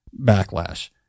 backlash